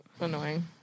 annoying